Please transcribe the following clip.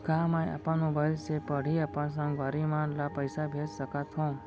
का मैं अपन मोबाइल से पड़ही अपन संगवारी मन ल पइसा भेज सकत हो?